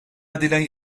edilen